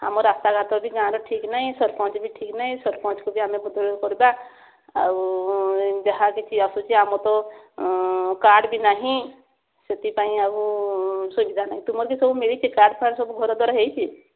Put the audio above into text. ଆମ ରାସ୍ତା ଘାଟ ବି ଗାଁର ଠିକ ନାଇଁ ସରପଞ୍ଚ ବି ଠିକ ନାଇଁ ସରପଞ୍ଚକୁ ବି ଆମେ ବଦଳ କରିବା ଆଉ ଯାହା କିଛି ଆସୁଛି ଆମ ତ କାର୍ଡ଼ ବି ନାହିଁ ସେଥିପାଇଁ ଆଉ ସୁବିଧା ନାହିଁ ତୁମର କି ସବୁ ମିଳିଛି କାର୍ଡ଼ ଫାର୍ଡ଼ ସବୁ ଘର ଦ୍ୱାର ହୋଇଛି